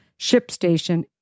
ShipStation